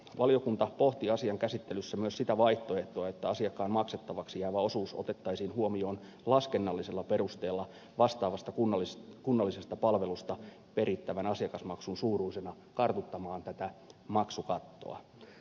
valiokunta pohti asian käsittelyssä myös sitä vaihtoehtoa että asiakkaan maksettavaksi jäävä osuus otettaisiin huomioon laskennallisella perusteella vastaavasta kunnallisesta palvelusta perittävän asiakasmaksun suuruisena kartuttamaan tätä maksukattoa